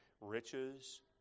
riches